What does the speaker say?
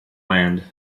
land